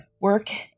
work